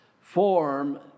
form